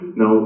no